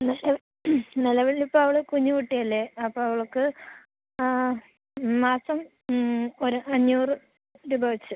എന്നുവെച്ചാൽ നിലവിൽ ഇപ്പം അവൾ കുഞ്ഞ് കുട്ടിയല്ലേ അപ്പോൾ അവൾക്ക് മാസം ഒരു അഞ്ഞൂറ് രൂപ വെച്ച്